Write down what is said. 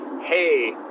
Hey